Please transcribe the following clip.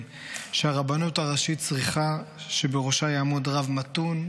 שהרבנות הראשית צריכה שבראשה יעמוד רב מתון,